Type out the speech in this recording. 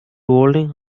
holding